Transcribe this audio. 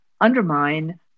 undermine